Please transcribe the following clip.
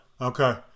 Okay